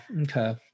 okay